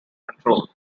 control